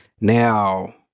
Now